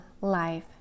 life